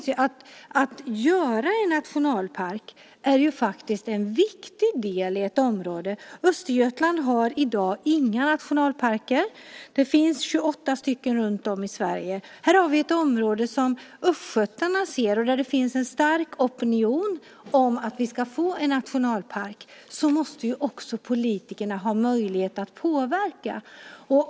Att skapa en nationalpark är en viktig del i ett område. Östergötland har i dag inga nationalparker. Det finns 28 stycken runtom i Sverige. Här har vi ett område som östgötarna ser. Det finns en stark opinion för att få en nationalpark. Då måste också politikerna ha möjlighet att påverka.